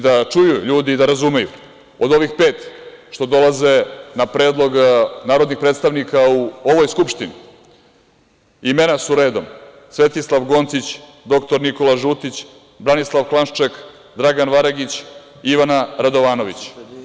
Da čuju ljudi i da razumeju, od ovih pet što dolaze na predlog narodnih predstavnika u ovoj skupštini imena su redom: Svetislav Goncić, dr Nikola Žutić, Branislav Klansček, Dragan Varagić, Ivana Radovanović.